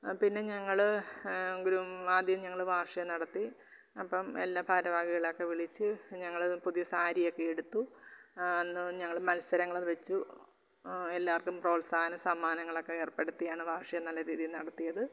പിന്നെ ഞങ്ങൾ ഗ്രൂ ആദ്യം ഞങ്ങൾ വാർഷികം നടത്തി അപ്പം എല്ലാ ഭാരവാഹികളൊക്കെ വിളിച്ചു ഞങ്ങൾ പുതിയ സാരിയൊക്കെ എടുത്തു ഞങ്ങൾ മത്സരങ്ങൾ വെച്ചു എല്ലാവർക്കും പ്രോത്സാഹന സമ്മാനങ്ങളൊക്കെ ഏർപ്പെടുത്തിയാണ് വാർഷികം നല്ല രീതിയിൽ നടത്തിയത്